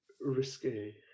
risky